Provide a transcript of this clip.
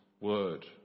word